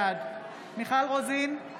בעד מיכל רוזין, נגד שמחה